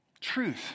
truth